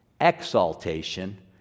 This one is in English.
exaltation